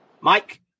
Mike